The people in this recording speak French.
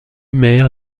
maire